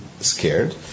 scared